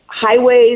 highways